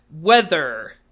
weather